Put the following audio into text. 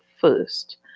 first